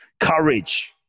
courage